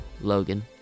Logan